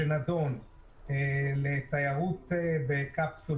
יש מתווה שנדון לתיירות בקפסולות.